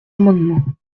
amendement